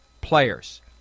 players